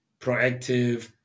proactive